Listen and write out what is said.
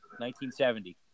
1970